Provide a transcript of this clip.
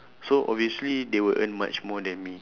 so obviously they will earn much more than me